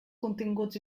continguts